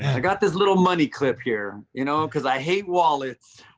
i got this little money clip here you know because i hate wallets.